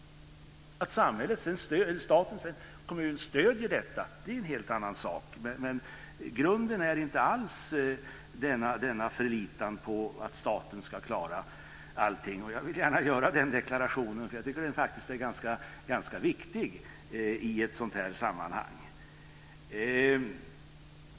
Att staten och kommunen sedan stöder detta är en helt annat sak. Grunden är inte alls denna förlitan på att staten ska klara allting. Jag vill gärna göra den deklarationen. Jag tycker faktiskt att den är ganska viktig i ett sådant här sammanhang.